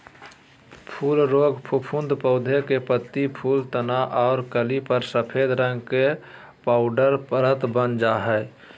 फूल रोग फफूंद पौधा के पत्ती, फूल, तना आर कली पर सफेद रंग के पाउडर परत वन जा हई